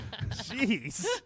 Jeez